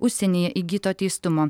užsienyje įgyto teistumo